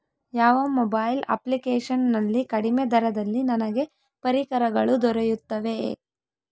ಯಾವ mobile application ನಲ್ಲಿ ಕಡಿಮೆ ದರದಲ್ಲಿ ನನಗೆ ಪರಿಕರಗಳು ದೊರೆಯುತ್ತವೆ?